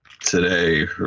today